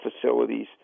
facilities